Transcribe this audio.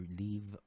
leave